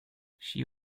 she